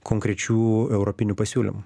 konkrečių europinių pasiūlymų